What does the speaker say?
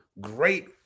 great